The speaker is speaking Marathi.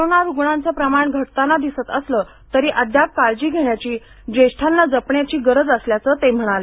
कोरोना रुग्णांचं प्रमाण घटताना दिसत असलं तरी अद्याप काळजी घेण्याची ज्येष्ठांना जपण्याची गरज असल्याचे ते म्हणाले